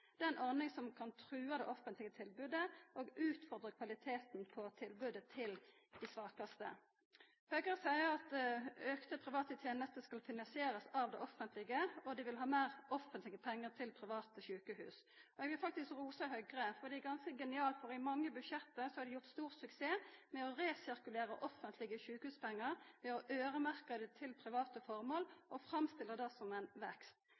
Det er ei ordning som kan trua det offentlege tilbodet og utfordra kvaliteten på tilbodet til dei svakaste. Høgre seier at auka private tenester skal finansierast av det offentlege, og dei vil ha meir offentlege pengar til private sjukehus. Eg vil faktisk rosa Høgre, for det er ganske genialt – i mange budsjett har dei gjort stor suksess med å resirkulera offentlege sjukehuspengar ved å øyremerka dei til private formål og framstilla det som ein